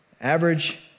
average